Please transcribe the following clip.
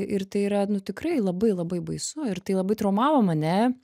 ir tai yra nu tikrai labai labai baisu ir tai labai traumavo mane